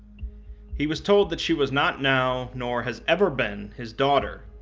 he was told that she was not now, nor has ever been, his daughter,